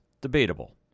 debatable